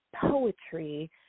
poetry